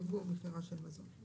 ייבוא או מכירה של מזון.